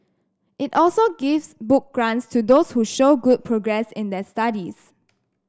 it also gives book grants to those who show good progress in their studies